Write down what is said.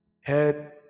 head